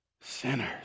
sinners